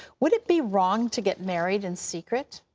would it be wrong to get married in secret?